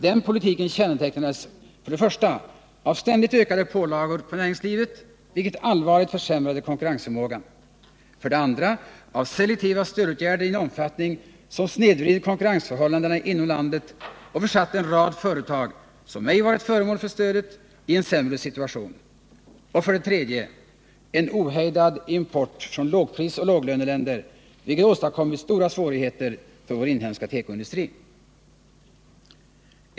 Den politiken kännetecknades 2. av selektiva stödåtgärder i en omfattning som snedvridit konkurrensförhållandena inom landet och försatt en rad företag, som ej varit föremål för stödet, i en sämre situation och 3. av en ohejdad import från lågprisoch låglöneländer, vilket åstadkommit stora svårigheter för vår inhemska tekoindustri.